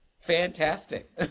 fantastic